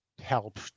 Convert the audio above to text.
help